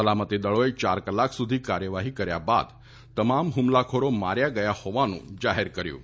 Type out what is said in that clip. સલામતી દળોએ ચાર કલાક સુધી કાર્યવાહી કર્યા બાદ તમામ હુમલાખોરો માર્યા ગયા હોવાનું જાહેર કર્યું હતું